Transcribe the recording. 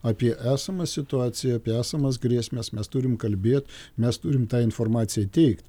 apie esamą situaciją apie esamas grėsmes mes turim kalbėt mes turim tą informaciją teikt